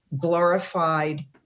glorified